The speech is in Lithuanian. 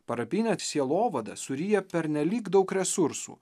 parapinė sielovada suryja pernelyg daug resursų